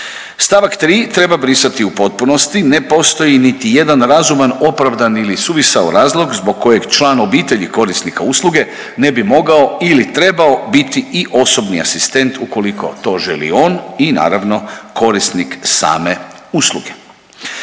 St. 3 treba brisati u potpunosti, ne postoji niti jedan razuman opravdani ili suvisao razlog zbog kojeg član obitelji korisnika usluge ne bi mogao ili trebao biti i osobni asistent ukoliko to želi on i naravno, korisnik same usluge.